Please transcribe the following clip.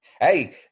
Hey